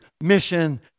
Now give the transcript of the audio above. mission